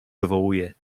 wywołuje